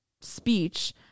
Speech